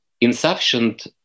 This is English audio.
insufficient